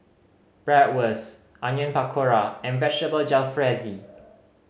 Bratwurst Onion Pakora and Vegetable Jalfrezi